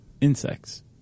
insects